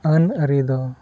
ᱟᱹᱱ ᱟᱹᱨᱤ ᱫᱚ